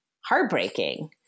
heartbreaking